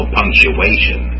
punctuation